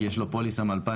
כי יש לו פוליסה מ-2016,